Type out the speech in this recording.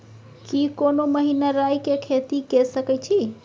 की कोनो महिना राई के खेती के सकैछी?